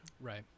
Right